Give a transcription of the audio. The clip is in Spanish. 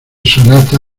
sonata